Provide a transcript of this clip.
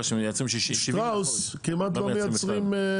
למשל, שטראוס, כמעט לא מייצרים.